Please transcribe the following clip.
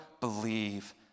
believe